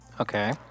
Okay